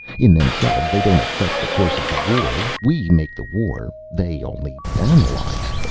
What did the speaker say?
in themselves, they don't affect the course of the war. we make the war. they only analyze.